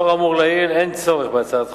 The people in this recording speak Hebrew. לאור האמור לעיל אין צורך בהצעת חוק,